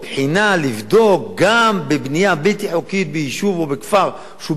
לבדוק גם בבנייה בלתי חוקית ביישוב או בכפר שהוא בלתי חוקי